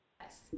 Yes